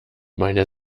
meine